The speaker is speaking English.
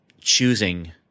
choosing